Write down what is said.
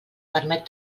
permet